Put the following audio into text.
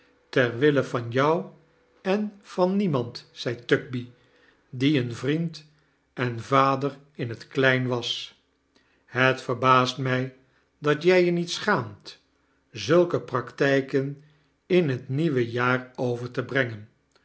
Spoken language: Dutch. ter wille van jou en van niemand zei tugby die een vxiend en vader in t klein was het verbaast mij dat jij je niet schaamt zulke praktijken in het nieuwe jaar over te brengen